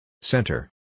Center